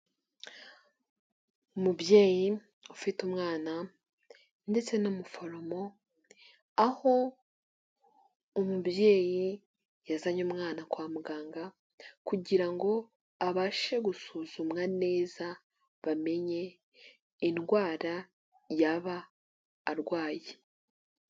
Umubyeyi ufite umwana ndetse n'umuforomo, aho umubyeyi yazanye umwana kwa muganga kugira ngo abashe gusuzumwa neza bamenye indwara yaba arwaye.